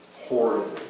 horrible